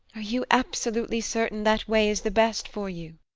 are you absolutely certain that way is the best for you?